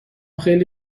خیلی